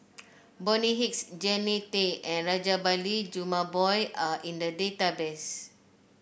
Bonny Hicks Jannie Tay and Rajabali Jumabhoy are in the database